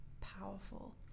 powerful